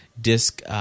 disk